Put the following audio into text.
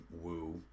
woo